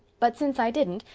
but since i didn't,